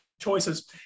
choices